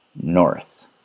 north